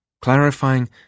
clarifying